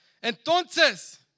Entonces